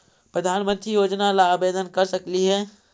प्रधानमंत्री योजना ला आवेदन कर सकली हे?